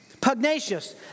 Pugnacious